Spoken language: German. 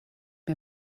mir